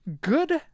good